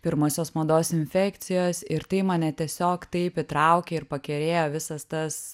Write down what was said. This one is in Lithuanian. pirmosios mados infekcijos ir tai mane tiesiog taip įtraukė ir pakerėjo visas tas